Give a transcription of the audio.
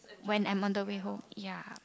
when I'm on the way home ya